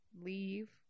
leave